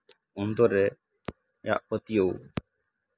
ᱚᱱᱛᱚᱨ ᱨᱮ ᱨᱮᱭᱟᱜ ᱯᱟᱹᱛᱭᱟᱹᱣ